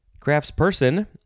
craftsperson